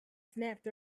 snapped